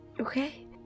Okay